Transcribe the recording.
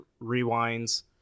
rewinds